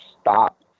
stop